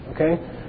okay